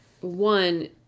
one